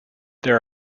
there